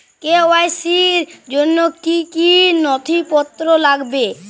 KYC র জন্য কি কি নথিপত্র লাগবে?